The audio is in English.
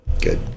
Good